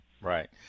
right